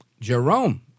Jerome